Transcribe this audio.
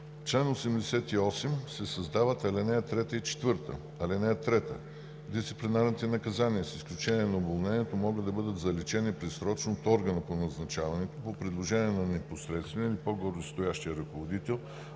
чл. 88 се създават ал. 3 и 4: „(3) Дисциплинарните наказания, с изключение на уволнението, могат да бъдат заличени предсрочно от органа по назначаването по предложение на непосредствения или по-горестоящия ръководител,